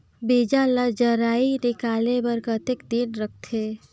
बीजा ला जराई निकाले बार कतेक दिन रखथे?